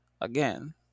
again